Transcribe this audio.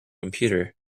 computer